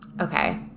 Okay